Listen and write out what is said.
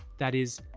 that is,